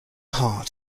heart